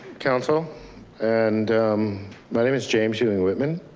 counsel and my name is james ewing witman.